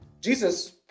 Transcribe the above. Jesus